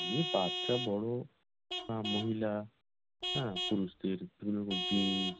আমি বাচ্চা বড় মহিলা হ্যাঁ পুরুষদের বিভিন্ন রকম জিনস